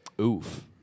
Oof